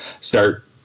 start